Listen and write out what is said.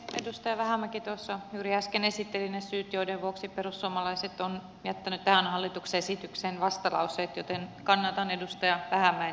edustaja vähämäki juuri äsken esitteli ne syyt joiden vuoksi perussuomalaiset on jättänyt tähän hallituksen esitykseen vastalauseet joten kannatan edustaja vähämäen tekemää esitystä